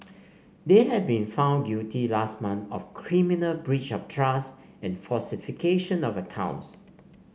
they had been found guilty last month of criminal breach of trust and falsification of accounts